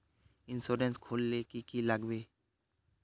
Insurance खोले की की लगाबे?